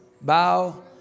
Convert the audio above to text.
bow